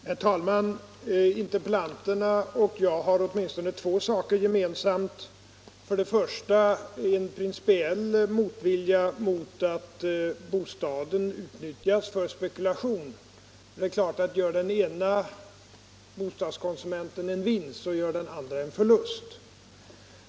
Herr talman! Interpellanterna och jag har åtminstone två utgångspunkter gemensamma: det är för det första en principiell motvilja mot att bostaden utnyttjas för spekulation. Gör den ene bostadskonsumenten en vinst, så gör den andre självfallet en förlust.